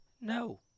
No